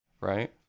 right